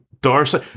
Darcy